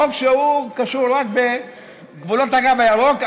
חוק שהוא קשור רק בגבולות הקו הירוק,